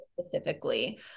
specifically